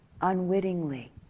unwittingly